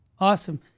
Awesome